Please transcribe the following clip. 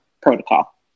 protocol